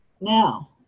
Now